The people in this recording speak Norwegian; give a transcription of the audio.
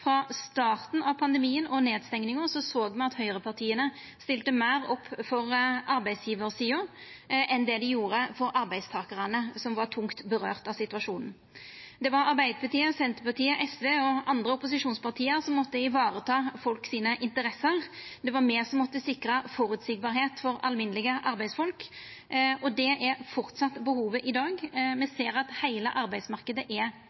Frå starten av pandemien og nedstenginga så me at høgrepartia stilte meir opp for arbeidsgjevarsida enn dei gjorde for arbeidstakarane som situasjonen fekk tunge følgjer for. Det var Arbeidarpartiet, Senterpartiet, SV og andre opposisjonsparti som måtte vareta interessene til folk. Det var me som måtte sikra at situasjonen vart føreseieleg for alminnelege arbeidsfolk, og det er framleis behovet i dag. Me ser at heile arbeidsmarknaden ikkje er